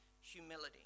humility